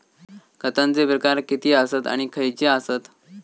खतांचे प्रकार किती आसत आणि खैचे आसत?